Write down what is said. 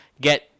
get